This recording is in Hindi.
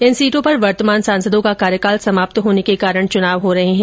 इन सीटों पर वर्तमान सांसदों का कार्यकाल समाप्त होने के कारण चुनाव हो रहे है